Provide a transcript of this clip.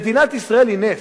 מדינת ישראל היא נס.